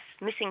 missing